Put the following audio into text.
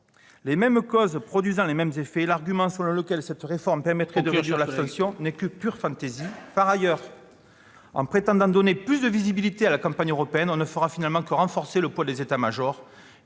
Les mêmes causes produisant les mêmes effets, l'argument selon lequel cette réforme permettrait de réduire l'abstention n'est que pure fantaisie. Il faut conclure, mon cher collègue. Par ailleurs, en prétendant donner plus de visibilité à la campagne européenne, on ne fera finalement que renforcer le poids des états-majors